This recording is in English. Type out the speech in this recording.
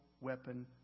weapon